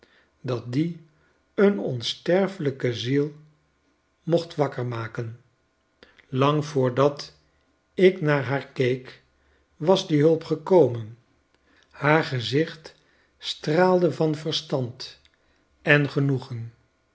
dat die een onsterfelijke ziel mocht wakker maken lang voordat ik naar haar keek was die hulp gekomen haar gezicht straalde van verstand en genoegen